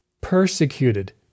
persecuted